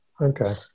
Okay